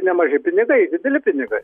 nemaži pinigai dideli pinigai